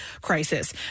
crisis